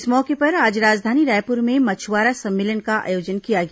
इस मौके पर आज राजधानी रायपूर में मछुआरा सम्मेलन का आयोजन किया गया